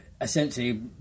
essentially